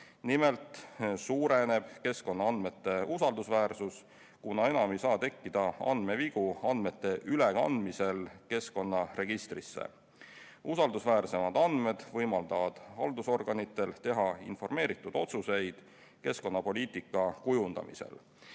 Nimelt suureneb keskkonnaandmete usaldusväärsus, kuna enam ei saa tekkida andmevigu andmete ülekandmisel keskkonnaregistrisse. Usaldusväärsemad andmed võimaldavad haldusorganitel teha informeeritud otsuseid keskkonnapoliitika kujundamisel.